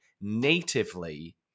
natively